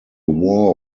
war